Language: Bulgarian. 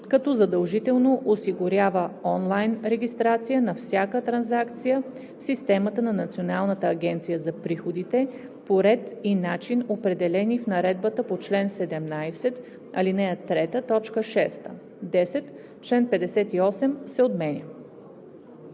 като задължително осигурява онлайн регистрация на всяка транзакция в системата на Националната агенция за приходите по ред и начин, определени в наредбата по чл. 17, ал. 3, т. 6.“ 10. Член 58 се отменя.“